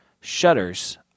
Shutters